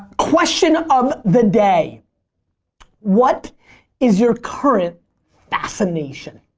question of the day what is your current fascination?